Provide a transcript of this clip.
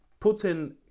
Putin